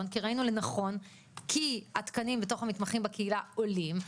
כי ראינו לנכון כי התקנים בתוך המתמחים בקהילה עולים,